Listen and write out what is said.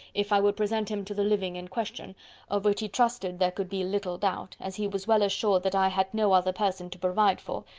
if i would present him to the living in question of which he trusted there could be little doubt, as he was well assured that i had no other person to provide for,